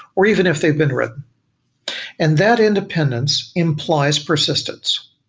or even if they've been written and that independence implies persistence.